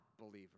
believer